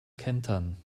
kentern